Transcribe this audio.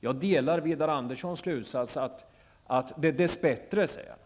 Jag delar Widar Anderssons slutsats att det -- dess bättre, säger jag,